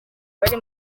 bari